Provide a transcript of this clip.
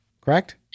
correct